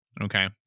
Okay